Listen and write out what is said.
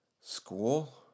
School